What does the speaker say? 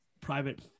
private